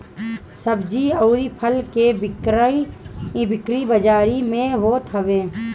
सब्जी अउरी फल के बिक्री बाजारी में होत हवे